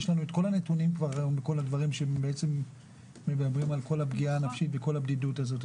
יש לנו את כל הנתונים שמדברים על הפגיעה הנפשית כתוצאה מהבדידותץ הזאת.